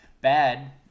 bad